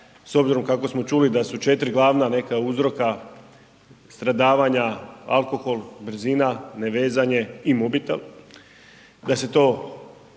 s obzirom kako smo čuli da su 4 glavna neka uzroka stradavanja alkohol, brzina, ne vezanje i mobitel da se to